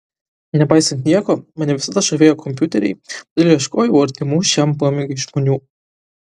nepaisant nieko mane visada žavėjo kompiuteriai todėl ieškojau artimų šiam pomėgiui žmonių